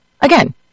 Again